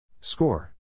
Score